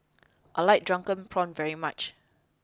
I like Drunken Prawns very much